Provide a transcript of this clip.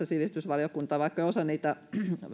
sivistysvaliokunta vaikka osa jo niitä